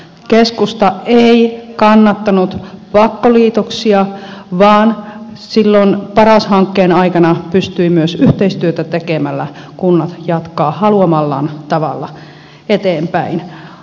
keskusta ei kannattanut pakkoliitoksia vaan silloin paras hankkeen aikana pystyivät myös yhteistyötä tekemällä kunnat jatkamaan haluamallaan tavalla eteenpäin